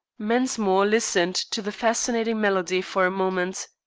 mensmore listened to the fascinating melody for a moment.